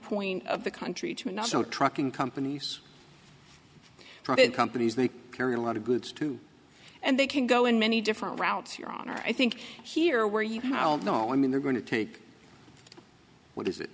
point of the country to national trucking companies companies they carry a lot of goods to and they can go in many different routes your honor i think here where you know i mean they're going to take what is